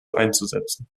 einzusetzen